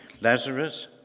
Lazarus